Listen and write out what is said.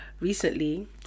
Recently